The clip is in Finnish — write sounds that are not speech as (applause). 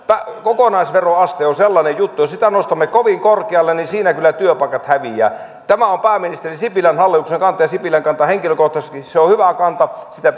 kokonaisveroaste on sellainen juttu että jos sitä nostamme kovin korkealle niin siinä kyllä työpaikat häviävät tämä on pääministeri sipilän hallituksen kanta ja sipilän kanta henkilökohtaisesti se on on hyvä kanta sitä (unintelligible)